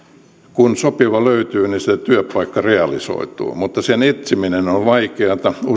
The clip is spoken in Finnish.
kun sopiva löytyy niin se työpaikka realisoituu mutta sen etsiminen on vaikeata usein